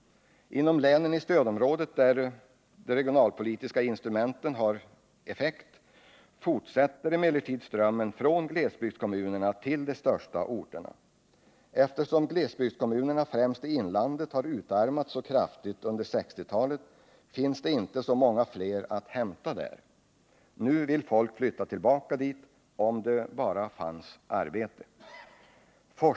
Inom länen i stödområdet, där de regionalpolitiska instrumenten har effekt, fortsätter emellertid strömmen från glesbygdskommunerna till de största orterna. Eftersom glesbygdskommunerna främst i inlandet har utarmats så kraftigt under 1960-talet, finns det inte så många fler människor att hämta där. Nu vill folk flytta tillbaka till dessa bygder, om det bara fanns arbete där.